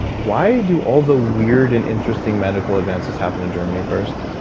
why do all the weird and interesting medical advances happen in germany first?